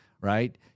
right